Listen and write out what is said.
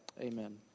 Amen